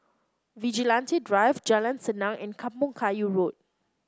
Vigilante Drive Jalan Senang and Kampong Kayu Road